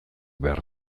behar